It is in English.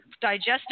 digestive